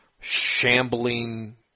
shambling